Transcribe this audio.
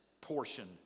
portion